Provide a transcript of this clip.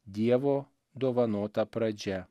dievo dovanota pradžia